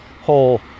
whole